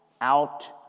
out